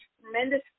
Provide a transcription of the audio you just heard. tremendous